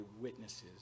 witnesses